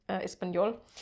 español